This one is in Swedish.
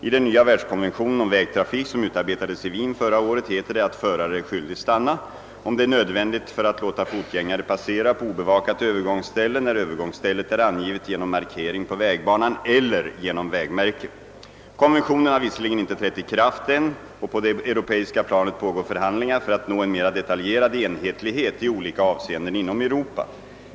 I den nya världskonvention om vägtrafik som utarbetades i Wien förra året heter det, att förare är skyldig stanna, om det är nödvändigt för att låta fotgängare passera på obevakat övergångsställe, när övergångsstället är angivet genom markering på vägbanan eller genom vägmärke. Konventionen har visserligen inte trätt i kraft än, och på det europeiska planet pågår förhandlingar för att nå en mer detaljerad enhetlighet i olika avseenden inom Europa.